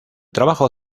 trabajo